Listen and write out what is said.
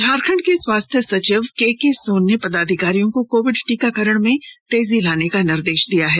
झारखंड के स्वास्थ्य सचिव के के सोन ने पदाधिकारियों को कोविड टीकाकरण में तेजी लाने का निर्देश दिया है